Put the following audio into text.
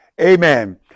amen